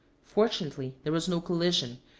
fortunately there was no collision,